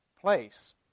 place